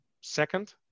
second